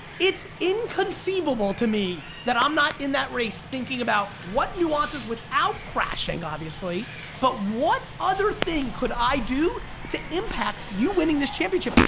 it's inconceivable to me that i'm not in that race thinking about what nuances without crashing obviously but what other thing could i do to impact you winning this championship?